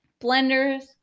blenders